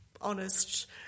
honest